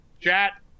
Chat